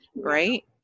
right